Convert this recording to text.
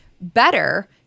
better